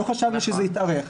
לא חשבנו שזה יתארך,